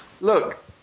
Look